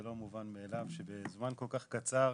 זה לא מובן מאליו שבזמן כל כך קצר,